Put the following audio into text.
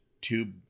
tube